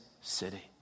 city